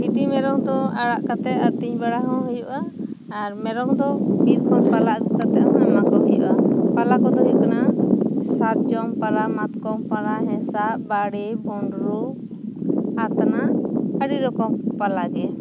ᱵᱷᱤᱴᱤ ᱢᱮᱨᱚᱢ ᱠᱚ ᱟᱲᱟᱜ ᱠᱟᱛᱮᱜ ᱟᱹᱛᱤᱧ ᱵᱟᱲᱟ ᱦᱚᱸ ᱦᱩᱭᱩᱜᱼᱟ ᱟᱨ ᱢᱮᱨᱚᱢ ᱫᱚ ᱵᱤᱨ ᱠᱷᱚᱱ ᱯᱟᱞᱟ ᱟᱹᱜᱩ ᱠᱟᱛᱮᱜ ᱦᱚᱸ ᱮᱢᱟ ᱠᱚ ᱦᱩᱭᱩᱜᱼᱟ ᱯᱟᱞᱟ ᱠᱚ ᱫᱚ ᱦᱩᱭᱩᱜ ᱠᱟᱱᱟ ᱥᱟᱨᱡᱚᱢ ᱯᱟᱞᱟ ᱢᱟᱛᱠᱚᱢ ᱯᱟᱞᱟ ᱦᱮᱸᱥᱟᱜ ᱵᱟᱲᱮ ᱵᱩᱱᱰᱨᱩ ᱟᱛᱱᱟᱜ ᱟᱹᱰᱤ ᱨᱚᱠᱚᱢ ᱯᱟᱞᱟ ᱜᱮ